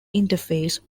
interface